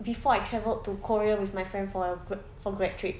before I travelled to korea with my friend for for grad~ trip